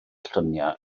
lluniau